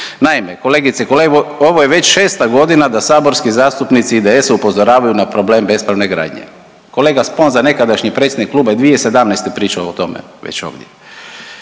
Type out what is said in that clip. i kolege ovo je već šesta godina da saborski zastupnici IDS-a upozoravaju na problem bespravne gradnje. Kolega Sponsa nekadašnji predsjednik kluba je 2017. pričao o tome već ovdje.